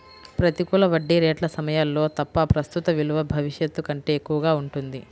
ప్రతికూల వడ్డీ రేట్ల సమయాల్లో తప్ప, ప్రస్తుత విలువ భవిష్యత్తు కంటే ఎక్కువగా ఉంటుంది